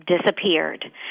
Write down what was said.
disappeared